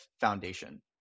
foundation